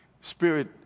spirit